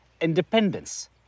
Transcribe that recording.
independence